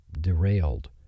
derailed